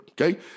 Okay